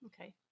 Okay